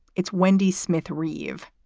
it's wendy smith reave.